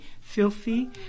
filthy